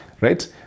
right